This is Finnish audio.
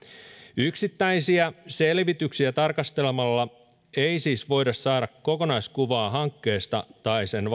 yksittäisiä selvityksiä tarkastelemalla ei siis voi saada kokonaiskuvaa hankkeesta tai sen